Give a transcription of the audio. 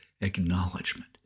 acknowledgement